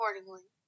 accordingly